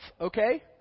okay